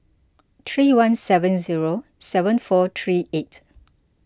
three one seven zero seven four three eight